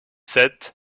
sept